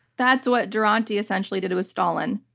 that's what duranty essentially did with stalin.